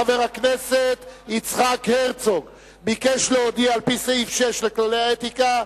חבר הכנסת יצחק הרצוג ביקש להודיע על-פי סעיף 6 לכללי האתיקה,